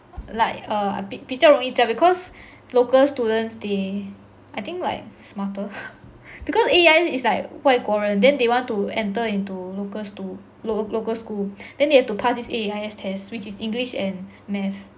like err a bit 比较容易教 because local students they I think like smarter because A_E_I_S is like 外国人 then they want to enter into locals schoo~ local school then they have to pass this A_E_I_S test which is english and math